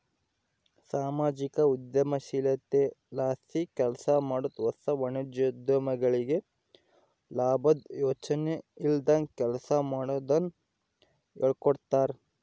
ಸಾಮಾಜಿಕ ಉದ್ಯಮಶೀಲತೆಲಾಸಿ ಕೆಲ್ಸಮಾಡಾರು ಹೊಸ ವಾಣಿಜ್ಯೋದ್ಯಮಿಗಳಿಗೆ ಲಾಬುದ್ ಯೋಚನೆ ಇಲ್ದಂಗ ಕೆಲ್ಸ ಮಾಡೋದುನ್ನ ಹೇಳ್ಕೊಡ್ತಾರ